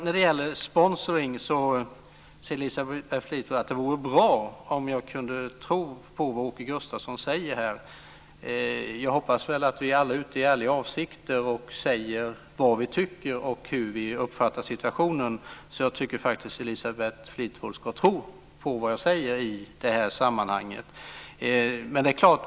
När det gäller sponsring säger Elisabeth Fleetwood: Det vore bra om jag kunde tro på vad Åke Gustavsson säger. Jag hoppas att vi alla är ute i ärliga avsikter och säger vad vi tycker och hur vi uppfattar situationen. Jag tycker faktiskt att Elisabeth Fleetwood ska tro på vad jag säger i det här sammanhanget.